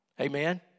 Amen